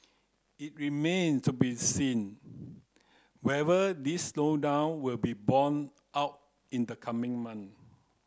it remain to be seen whether this slowdown will be borne out in the coming month